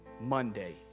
Monday